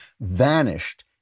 vanished